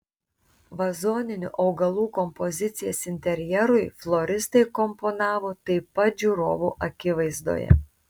vazoninių augalų kompozicijas interjerui floristai komponavo taip pat žiūrovų akivaizdoje